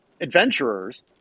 adventurers